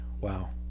wow